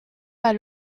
pas